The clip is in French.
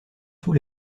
tous